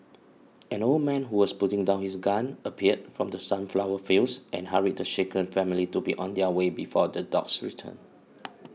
an old man who was putting down his gun appeared from the sunflower fields and hurried the shaken family to be on their way before the dogs return